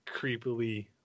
creepily